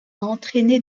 entrainé